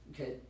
okay